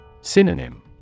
Synonym